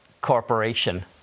corporation